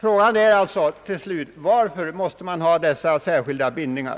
Frågan är alltså till slut: Varför måste man ha dessa särskilda bindningar?